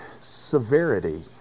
Severity